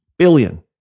billion